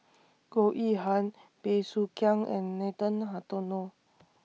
Goh Yihan Bey Soo Khiang and Nathan Hartono